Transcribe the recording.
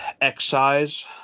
excise